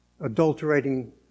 adulterating